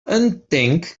entenc